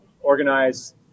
organize